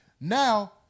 now